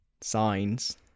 signs